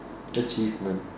achievement